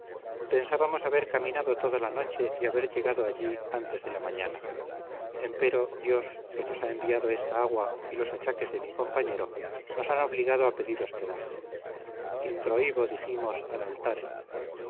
pensábamos haber caminado toda la noche y haber llegado allí antes de la mañana empero dios que nos ha enviado esta agua y los achaques de mi compañero nos han obligado a pedir hospedaje introibo dijimos ad altare